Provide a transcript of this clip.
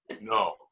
No